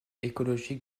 économiques